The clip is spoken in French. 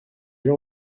déjà